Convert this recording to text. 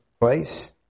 place